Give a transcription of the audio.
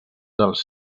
dels